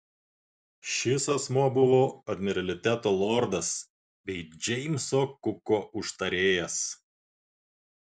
šis asmuo buvo admiraliteto lordas bei džeimso kuko užtarėjas